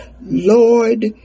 Lord